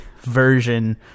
version